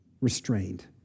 restrained